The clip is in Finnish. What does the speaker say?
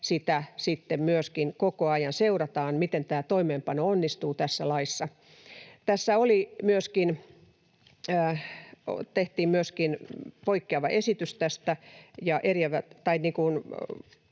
että sitten myöskin koko ajan seurataan, miten tämä toimeenpano onnistuu tässä laissa. Tässä tehtiin myöskin vastalause,